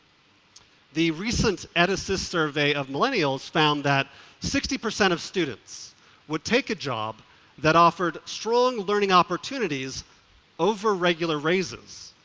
the recent ed-assist survey of millennials found that sixty percent of students would take a job that offered strong learning opportunities over regular raises.